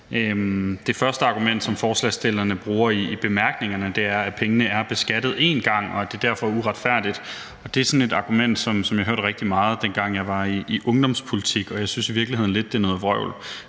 Det første argument, som forslagsstillerne bruger i bemærkningerne, er, at pengene er beskattet én gang, og at det derfor er uretfærdigt. Det er sådan et argument, som jeg hørte rigtig meget, dengang jeg var i ungdomspolitik, og jeg synes i virkeligheden lidt, det er noget vrøvl,